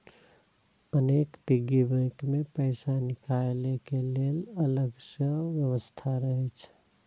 अनेक piggy bank मे पैसा निकालै के लेल अलग सं व्यवस्था रहै छै